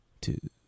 Two